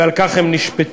ועל כך הם נשפטו